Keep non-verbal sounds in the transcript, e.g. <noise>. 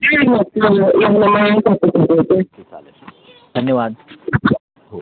<unintelligible> चालेल धन्यवाद <unintelligible> हो